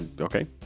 Okay